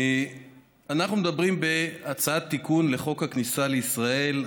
אנחנו מדברים על הצעת תיקון לחוק הכניסה לישראל,